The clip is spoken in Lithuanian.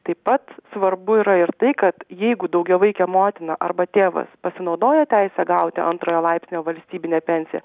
taip pat svarbu yra ir tai kad jeigu daugiavaikė motina arba tėvas pasinaudojo teise gauti antrojo laipsnio valstybinę pensiją